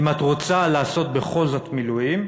אם את רוצה לעשות בכל זאת מילואים,